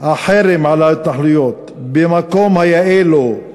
החרם על ההתנחלויות, במקום היאה לו: